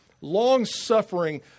long-suffering